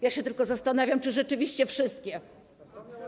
Ja się tylko zastanawiam, czy rzeczywiście wszystkie?